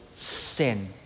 Sin